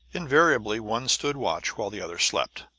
invariably one stood watch while the other slept.